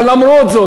אבל למרות זאת,